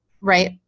right